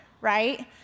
right